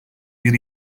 bir